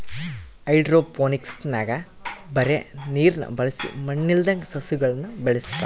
ಹೈಡ್ರೋಫೋನಿಕ್ಸ್ನಾಗ ಬರೇ ನೀರ್ನ ಬಳಸಿ ಮಣ್ಣಿಲ್ಲದಂಗ ಸಸ್ಯಗುಳನ ಬೆಳೆಸತಾರ